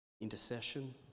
intercession